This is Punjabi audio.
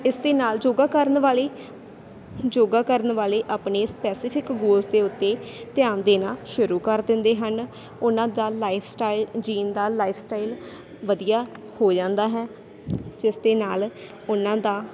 ਇਸ ਦੇ ਨਾਲ ਯੋਗਾ ਕਰਨ ਵਾਲੇ ਯੋਗਾ ਕਰਨ ਵਾਲੇ ਆਪਣੀ ਸਪੈਸੀਫਿਕ ਗੋਲਸ ਦੇ ਉੱਤੇ ਧਿਆਨ ਦੇਣਾ ਸ਼ੁਰੂ ਕਰ ਦਿੰਦੇ ਹਨ ਉਹਨਾਂ ਦਾ ਲਾਈਫ ਸਟਾਈਲ ਜਿਊਣ ਦਾ ਲਾਈਫ ਸਟਾਈਲ ਵਧੀਆ ਹੋ ਜਾਂਦਾ ਹੈ ਜਿਸ ਦੇ ਨਾਲ ਉਹਨਾਂ ਦਾ